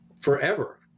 forever